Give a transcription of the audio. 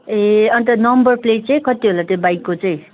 ए अन्त number plate चाहिँ कति होला त्यो बाइकको चाहिँ